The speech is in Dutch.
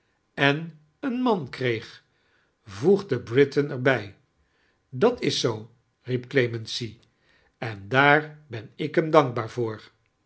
en een man kreeg voegde britain er mj dat is ztool riep clemency en daar ben ik helm dankbaar voor